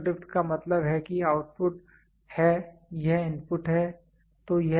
zero drift का मतलब है कि यह आउटपुट है यह इनपुट है